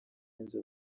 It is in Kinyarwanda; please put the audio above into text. ibyo